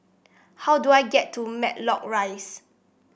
how do I get to Matlock Rise